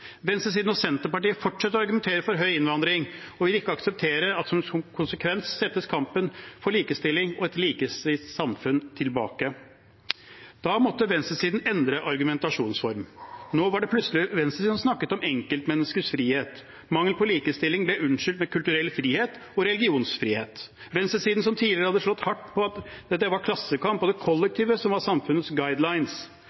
Venstresiden og Senterpartiet fortsetter med å argumentere for høy innvandring og vil ikke akseptere at som konsekvens settes kampen for likestilling og et likestilt samfunn tilbake. Da måtte venstresiden endre argumentasjonsform. Nå var det plutselig venstresiden som snakket om enkeltmenneskers frihet, mangel på likestilling ble unnskyldt med kulturell frihet og religionsfrihet – venstresiden, som tidligere hadde stått hardt på at det var klassekamp og det